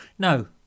No